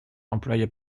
employait